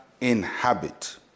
inhabit